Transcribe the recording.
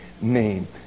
name